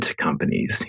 companies